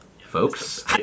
Folks